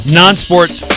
non-sports